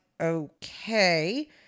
okay